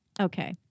Okay